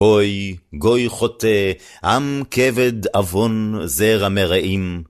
אוי, גוי חוטא, עם כבד עווון זרע מרעים.